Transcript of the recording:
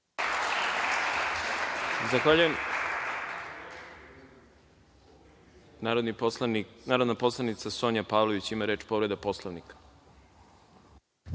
Zahvaljujem. Narodna poslanica Sonja Pavlović, ima reč, povreda Poslovnika.